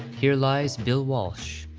here lies bill walsh.